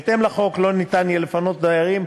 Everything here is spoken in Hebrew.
בהתאם לחוק לא ניתן יהיה לפנות דיירים,